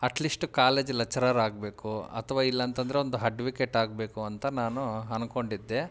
at least college lecturer ಆಗಬೇಕು ಅಥ್ವ ಇಲ್ಲಂತಂದರೆ ಒಂದು ಹಡ್ವಿಕೇಟ್ ಆಗಬೇಕು ಅಂತ ನಾನೂ ಅನ್ಕೊಂಡಿದ್ದೆ